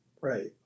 Right